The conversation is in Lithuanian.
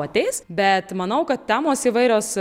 ateis bet manau kad temos įvairios